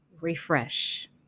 refresh